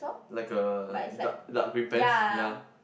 like a dark dark green pants ya